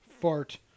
fart